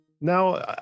now